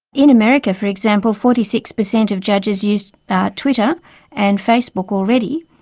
in america, for example, forty six percent of judges use twitter and facebook already.